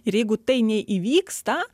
ir jeigu tai neįvyksta